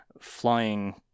flying